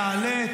תעלה,